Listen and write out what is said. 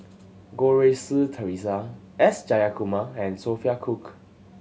Goh Rui Si Theresa S Jayakumar and Sophia Cooke